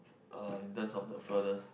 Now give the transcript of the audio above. uh in terms of the furthest